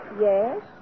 Yes